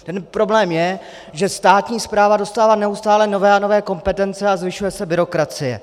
Ten problém je, že státní správa dostává neustále nové a nové kompetence a zvyšuje se byrokracie.